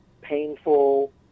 painful